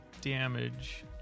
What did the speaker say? damage